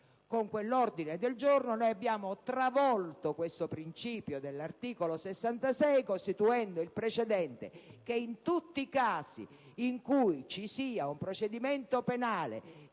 Con quell'ordine del giorno, abbiamo travolto questo principio dell'articolo 66, costituendo il precedente per cui in tutti i casi in cui ci sia un procedimento penale